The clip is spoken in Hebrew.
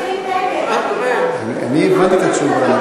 אנחנו מצביעים נגד, אני הבנתי את התשובה, אנחנו